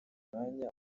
umwanya